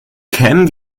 kämen